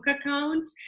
account